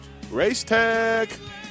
Racetech